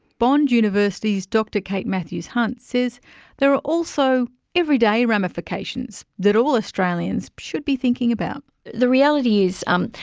bond university's dr kate mathews-hunt says there are also everyday ramifications that all australians should be thinking about. the reality is, um